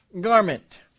garment